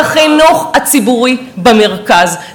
את החינוך הציבורי במרכז.